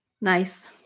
Nice